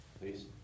Please